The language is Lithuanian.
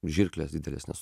žirklės didelės nes